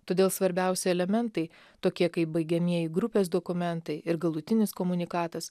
todėl svarbiausi elementai tokie kaip baigiamieji grupės dokumentai ir galutinis komunikatas